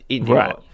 Right